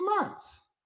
months